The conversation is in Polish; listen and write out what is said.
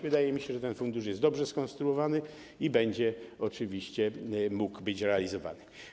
Wydaje mi się, że ten fundusz jest dobrze skonstruowany i oczywiście będzie mógł być realizowany.